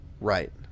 Right